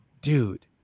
dude